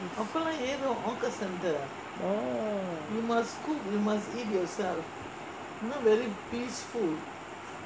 oh